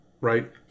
right